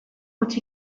hots